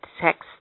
text